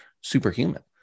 superhuman